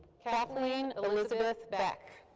kathleen elizabeth beck.